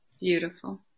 Beautiful